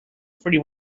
free